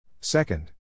Second